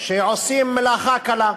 שעושים בהן מלאכה קלה: